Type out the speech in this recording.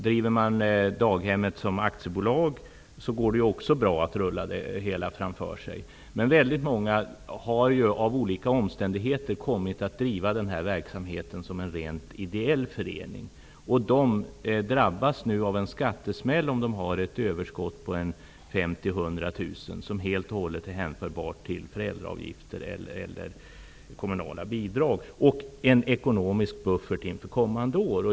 Driver man ett daghem som aktiebolag går det också bra att överföra överskottet framåt. Men väldigt många har av olika omständigheter kommit att driva denna verksamhet som en rent ideell förening. De drabbas nu av en skattesmäll vid ett överskott på 50 000--100 000 kronor, vilket helt och hållet är hänförbart till föräldraavgifter eller kommunala bidrag. Överskottet skulle kunna utgöra en ekonomisk buffert inför kommande år.